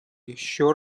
еще